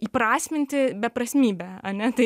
įprasminti beprasmybę ane tai